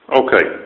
okay